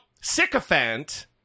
sycophant